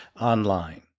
online